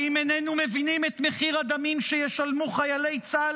האם איננו מבינים את מחיר הדמים שישלמו חיילי צה"ל